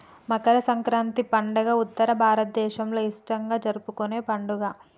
మకర సంక్రాతి పండుగ ఉత్తర భారతదేసంలో ఇష్టంగా జరుపుకునే పండుగ